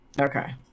Okay